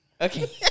okay